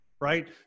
right